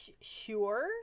Sure